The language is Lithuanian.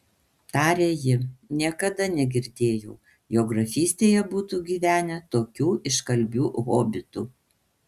tarė ji niekada negirdėjau jog grafystėje būtų gyvenę tokių iškalbių hobitų